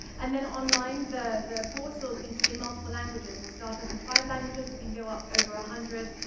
and then online, the the portal is going to be in multiple languages. we'll start off in five languages. we but can go up over a hundred.